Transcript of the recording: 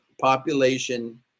population